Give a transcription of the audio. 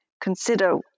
consider